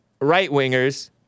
right-wingers